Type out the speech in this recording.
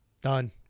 Done